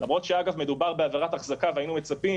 למרות שמדובר בעבירת החזקה והיינו מצפים